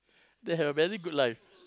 they have very good life